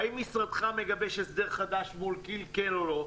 האם משרדך מגבש הסדר חדש מול כי"ל, כן או לא?